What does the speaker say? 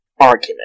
argument